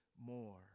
more